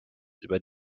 über